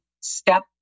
step